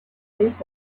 takeoff